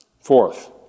Fourth